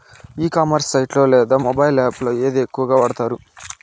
ఈ commerce site లో లేదా మొబైల్ యాప్ లో ఏది ఎక్కువగా వాడుతారు?